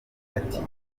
ati